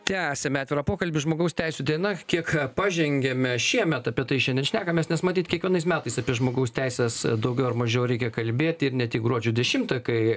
tęsiam atvirą pokalbį žmogaus teisių diena kiek pažengėme šiemet apie tai šiandien šnekamės nes matyt kiekvienais metais apie žmogaus teises daugiau ar mažiau reikia kalbėt ir ne tik gruodžio dešimtą kai